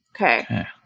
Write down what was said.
Okay